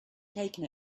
taken